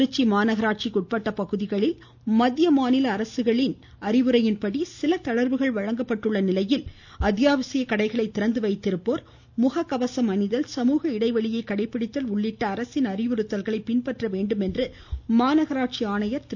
திருச்சி மாநகராட்சிக்குட்பட்ட பகுதிகளில் மத்திய மாநில அரசுகளின்படி சில தளர்வுகள் வழங்கப்பட்டுள்ள நிலையில் அத்தியாவசிய கடைகளை திறந்துவைத்திருப்போர் முககவசம் அணிதல் சமூகஇடைவெளியை கடைபிடித்தல் உள்ளிட்ட அரசின் அறிவுறுத்தல்களை பின்பற்ற வேண்டும் என மாநகராட்சி ஆணையர் திரு